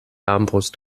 armbrust